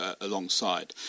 alongside